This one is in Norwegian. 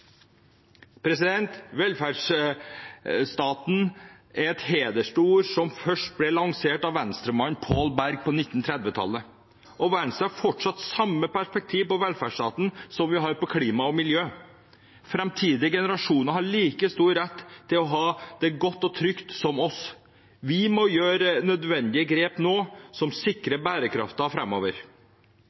Velferdsstaten er et hedersord som først ble lansert av Venstre-mannen Paal Berg på 1930-tallet. Venstre har fortsatt samme perspektiv på velferdsstaten som vi har på klima og miljø. Framtidige generasjoner har like stor rett til å ha det godt og trygt som oss. Vi må gjøre nødvendige grep nå som sikrer